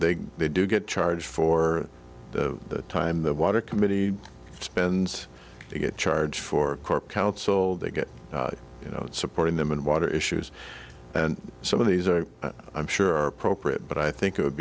they they do get charged for the time the water committee spends they get charged for corp counsel they get you know supporting them in water issues and some of these are i'm sure are appropriate but i think it would